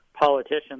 politicians